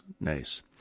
Nice